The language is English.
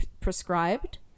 prescribed